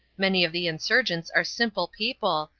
many of the insurgents are simple people,